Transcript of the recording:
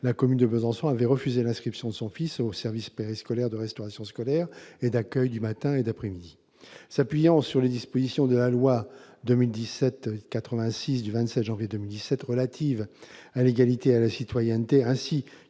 la commune de Besançon avait refusé l'inscription de son fils aux services périscolaires de restauration scolaire et d'accueil du matin et de l'après-midi. S'appuyant sur les dispositions de la loi n° 2017-86 du 27 janvier 2017 relative à l'égalité et à la citoyenneté, ainsi que sur les travaux parlementaires